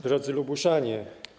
Drodzy Lubuszanie!